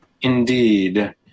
indeed